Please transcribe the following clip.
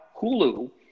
Hulu